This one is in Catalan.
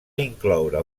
incloure